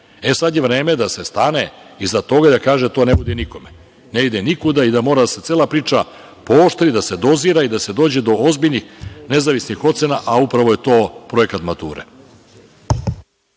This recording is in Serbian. E, sada je vreme da se stane iza toga i da kaže to ne vodi nikuda. Ne ide nikuda i da mora da se cela priča pooštri, da se dozira i da se dođe do ozbiljnih nezavisnih ocena, a upravo je to projekat mature.